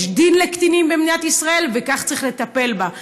יש דין לקטינים במדינת ישראל וכך צריך לטפל בה.